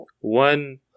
one